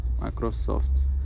Microsoft